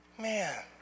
Man